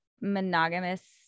monogamous